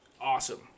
awesome